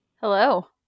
Hello